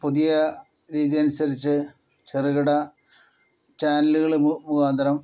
പുതിയ രീതി അനുസരിച്ച് ചെറുകിട ചാനലുകൾ മുഖാന്തരം